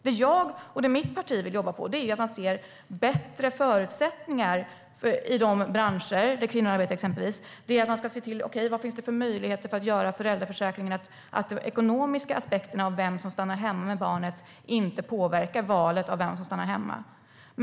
Det jag och mitt parti vill jobba på är att skapa bättre förutsättningar, exempelvis i de branscher där kvinnor arbetar, och se vad det finns för möjligheter att göra om föräldraförsäkringen så att de ekonomiska aspekterna på vem som stannar hemma med barnet inte påverkar valet av vem som stannar hemma.